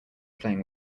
playing